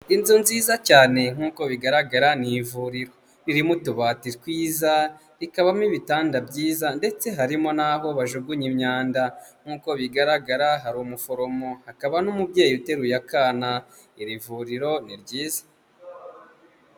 Inzu nziza cyane nk'uko bigaragara ni ivuriro. Ririmo utubati twiza, rikabamo ibitanda byiza, ndetse harimo n'aho bajugunya imyanda. Nk'uko bigaragara hari umuforomo, hakaba n'umubyeyi uteruye akana. Iri vuriro ni ryiza.